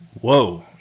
Whoa